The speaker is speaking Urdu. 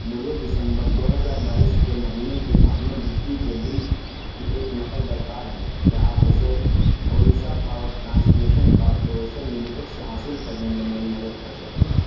مجھے دسمبر دو ہزار بائیس کے مہینے کے اپنے بجلی کے بل کی ایک نقل درکار ہے کیا آپ اسے Orissa power transmission corporation limited سے حاصل کرنے میں میری مدد کر سکتے ہیں